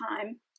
time